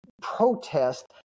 protest